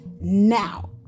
now